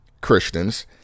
Christians